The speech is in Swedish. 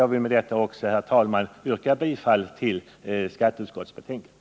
Jag vill med detta också yrka bifall till skatteutskottets hemställan.